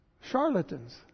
charlatans